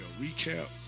recap